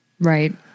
right